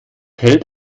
hält